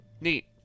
Neat